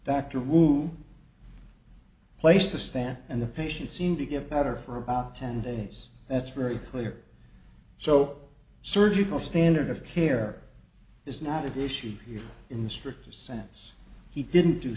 dr who placed the stand and the patient seemed to get better for about ten days that's very clear so surgical standard of care is not an issue in the strictest sense he didn't do